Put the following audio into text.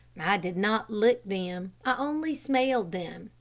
i did not lick them. i only smelled them,